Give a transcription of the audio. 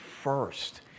first